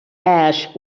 ash